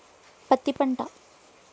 పత్తి పంట